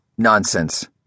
nonsense